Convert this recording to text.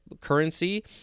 currency